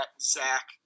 Zach